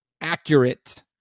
accurate